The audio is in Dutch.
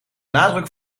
nadruk